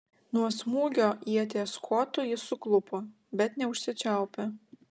nuo smūgio ieties kotu jis suklupo bet neužsičiaupė